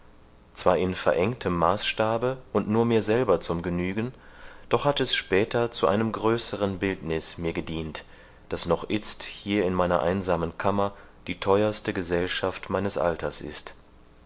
zwar in verengtem maßstabe und nur mir selber zum genügen doch hat es später zu einem größeren bildniß mir gedienet das noch itzt hier in meiner einsamen kammer die theuerste gesellschaft meines alters ist